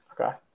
Okay